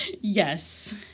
Yes